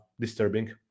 disturbing